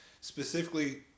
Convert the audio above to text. specifically